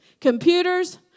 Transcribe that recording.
computers